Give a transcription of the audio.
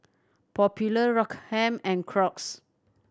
Popular and Crocs